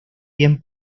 bien